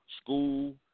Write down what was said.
School